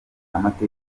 amateka